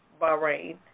Bahrain